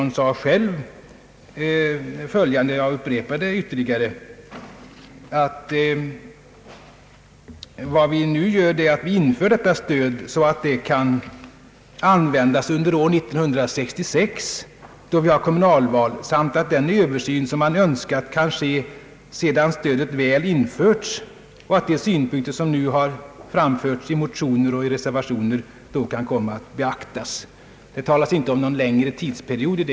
Jag upprepar vad herr Pettersson själv sade den gången att vad vi nu gör är att vi inför detta stöd, »så att det kan användas under år 1966, då vi har kommunalval, samt att den över syn som man önskat kan ske sedan stödet väl införts och att de synpunkter som nu har framförts i motioner och i reservationer då kan komma att beaktas». Det talas inte om någon längre tidsperiod.